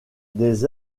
des